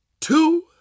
two